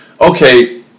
Okay